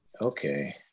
okay